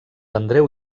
andreu